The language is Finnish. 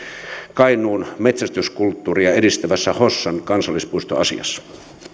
kainuun metsästyskulttuuria edistävässä hossan kansallispuistoasiassa